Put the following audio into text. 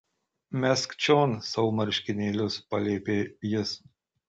mesk čion savo marškinėlius paliepė jis